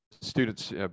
students